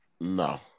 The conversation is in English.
No